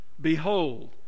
behold